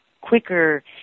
quicker